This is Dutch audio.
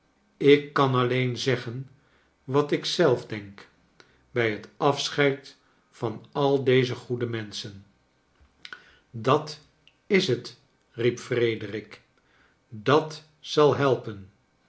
ik kan alleen zeggen wat ik zelf denk bij het afscheid van al deze goede menschen dat is tv riep frederik dat zal helpen